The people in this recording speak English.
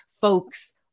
folks